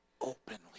openly